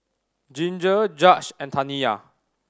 Ginger Judge and Taniya